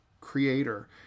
creator